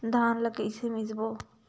धान ला कइसे मिसबो?